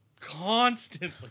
constantly